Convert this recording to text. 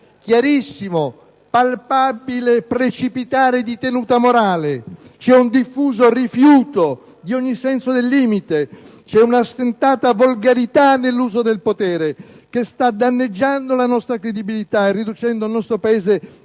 chiarissimo, palpabile precipitare di tenuta morale, c'è un diffuso rifiuto di ogni senso del limite, c'è una ostentata volgarità nell'uso del potere che sta danneggiando la nostra credibilità e riducendo il nostro Paese